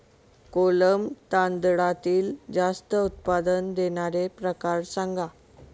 कोलम तांदळातील जास्त उत्पादन देणारे प्रकार सांगा